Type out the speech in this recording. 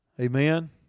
Amen